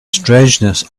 strangeness